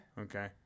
Okay